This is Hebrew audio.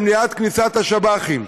במניעת כניסת שב"חים.